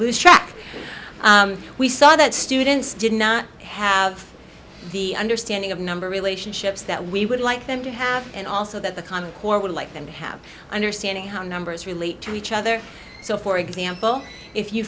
track we saw that students did not have the understanding of number relationships that we would like them to have and also that the common core would like them to have understanding how numbers relate to each other so for example if you